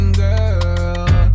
girl